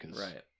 Right